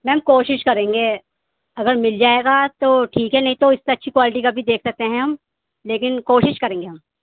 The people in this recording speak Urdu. میم کوشش کریں گے اگر مل جائے گا تو ٹھیک ہے نہیں تو اس سے اچھی کوالٹی کا بھی دیکھ سکتے ہیں ہم لیکن کوشش کریں گے ہم